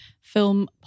film